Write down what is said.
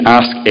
ask